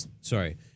Sorry